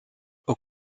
aux